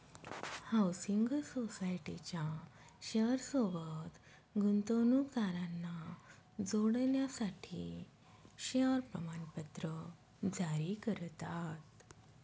housing सोसायटीच्या share सोबत गुंतवणूकदारांना जोडण्यासाठी शेअर प्रमाणपत्र जारी करतात